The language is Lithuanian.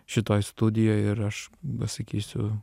šitoj studijoj ir aš va sakysiu